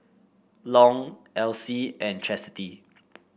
Long Alcie and Chasity